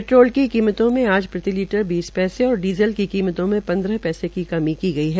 petrol की कीमतों में आज प्रति लीटर बीस पैसे और डीज़ल की कीमतों में पन्द्रह पैसे की कमी की गई है